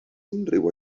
unrhyw